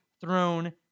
throne